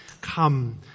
come